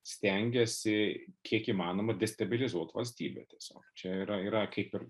stengiasi kiek įmanoma destabilizuot valstybę tiesiog čia yra yra kaip ir